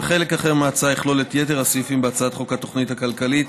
וחלק אחר מההצעה יכלול את יתר הסעיפים בהצעת חוק התוכנית הכלכלית.